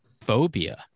Phobia